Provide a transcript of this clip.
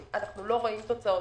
אם אנחנו לא רואים תוצאות.